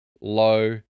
low